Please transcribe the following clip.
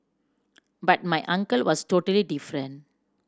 but my uncle was totally different